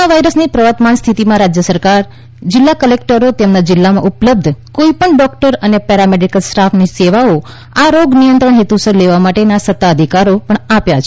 corona વાયરસની પ્રવર્તમાન સ્થિતીમાં રાજ્ય સરકારે જિલ્લા કલેકટરોને તેમના જિલ્લામાં ઉપલબ્ધ કોઇ પણ ડૉકટર અને પેરામેડિકલ સ્ટાફની સેવાઓ આ રોગ નિયંત્રણ હેતુસર લેવા માટેના સત્તાધિકારો પણ આપ્યા છે